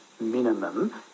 minimum